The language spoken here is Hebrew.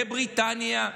בבריטניה,